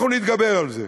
אנחנו נתגבר על זה,